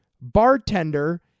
Bartender